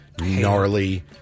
Gnarly